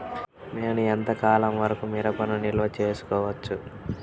నేను ఎంత కాలం వరకు మిరపను నిల్వ చేసుకోవచ్చు?